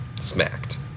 smacked